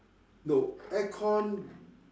no aircon